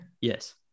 Yes